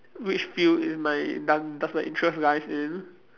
which field in my don~ does the interest lies in